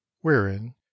wherein